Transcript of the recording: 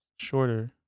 Shorter